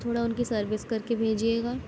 تھوڑا اُن کی سروس کر کے بھیجیے گا